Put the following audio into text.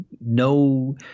no